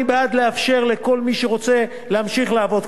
אני בעד לאפשר לכל מי שרוצה להמשיך לעבוד,